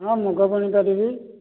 ହଁ ମୁଗ ବୁଣି ପାରିବି